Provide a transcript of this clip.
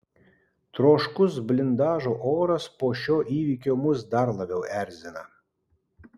troškus blindažo oras po šio įvykio mus dar labiau erzina